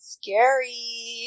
scary